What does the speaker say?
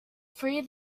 free